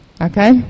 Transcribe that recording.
Okay